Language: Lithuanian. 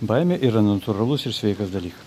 baimė yra natūralus ir sveikas dalykas